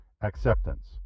acceptance